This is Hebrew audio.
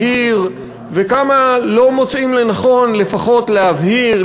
כמה זה מהיר וכמה לא מוצאים לנכון לפחות להבהיר,